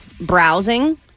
browsing